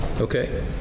okay